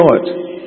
Lord